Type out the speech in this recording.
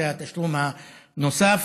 זה התשלום הנוסף.